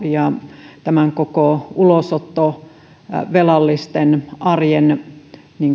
ja ulosottovelallisten arjen